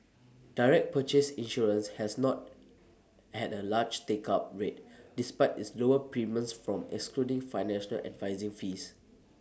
direct purchase insurance has not had A large take up rate despite its lower premiums from excluding financial advising fees